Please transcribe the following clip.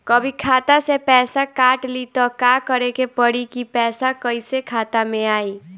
कभी खाता से पैसा काट लि त का करे के पड़ी कि पैसा कईसे खाता मे आई?